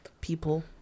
people